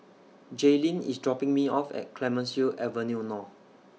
Jaylynn IS dropping Me off At Clemenceau Avenue North